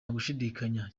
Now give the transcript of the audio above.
gushidikanya